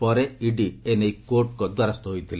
ପରେ ଇଡି ଏ ନେଇ କୋର୍ଟର ଦ୍ୱାରସ୍ଥ ହୋଇଥିଲେ